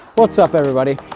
what's up everybody!